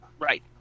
Right